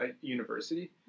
university